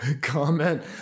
comment